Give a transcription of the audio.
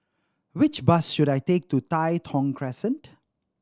which bus should I take to Tai Thong Crescent